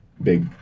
big